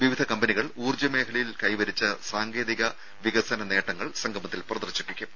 വിവിധ കമ്പനികൾ ഊർജ്ജ മേഖലയിൽ കൈവരിച്ച സാങ്കേതിക വികസന നേട്ടങ്ങൾ സംഗമത്തിൽ പ്രദർശിപ്പിക്കും